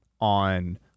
on